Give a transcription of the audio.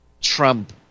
Trump